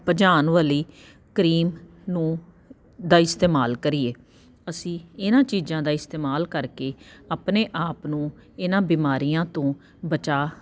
ਭਜਾਉਣ ਵਾਲੀ ਕਰੀਮ ਨੂੰ ਦਾ ਇਸਤੇਮਾਲ ਕਰੀਏ ਅਸੀਂ ਇਹਨਾਂ ਚੀਜ਼ਾਂ ਦਾ ਇਸਤੇਮਾਲ ਕਰਕੇ ਆਪਣੇ ਆਪ ਨੂੰ ਇਹਨਾਂ ਬਿਮਾਰੀਆਂ ਤੋਂ ਬਚਾਅ